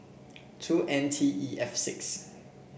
two N T E F six